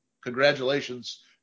Congratulations